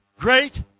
great